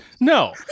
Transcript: No